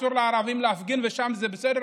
אסור לערבים להפגין ושם זה בסדר,